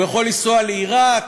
הוא יכול לנסוע לעיראק,